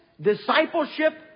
discipleship